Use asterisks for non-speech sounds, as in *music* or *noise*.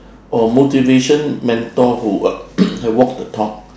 or motivation mentor who *coughs* have walk the talk